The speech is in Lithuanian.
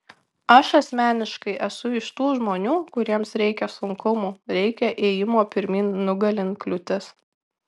aš asmeniškai esu iš tų žmonių kuriems reikia sunkumų reikia ėjimo pirmyn nugalint kliūtis